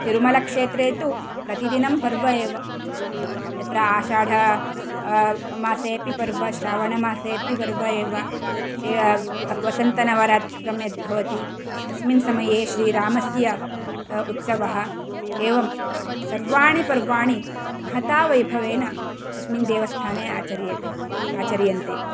तिरुमलक्षेत्रे तु प्रतिदिनं पर्व एव यत्र आषाढ मासेऽपि पर्व श्रावण मासेऽपि पर्व एव वसन्तनवरात्रं यद्भवति तस्मिन् समये श्रीरामस्य उत्सवः एवं सर्वाणि पर्वाणि महता वैभवेन तस्मिन् देवस्थाने आचर्यते आचर्यन्ते